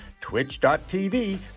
twitch.tv